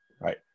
right